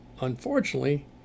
unfortunately